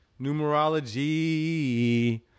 numerology